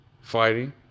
fighting